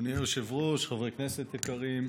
אדוני היושב-ראש, חברי כנסת יקרים,